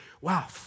wow